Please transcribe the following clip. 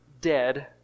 dead